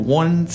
one